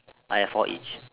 I have four each